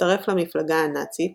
הצטרף למפלגה הנאצית,